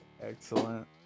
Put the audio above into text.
Excellent